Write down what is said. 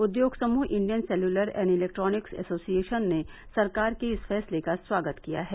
उद्योग समूह Indian cellular and electronics association ने सरकार के इस फैसले का स्वागत किया है